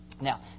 Now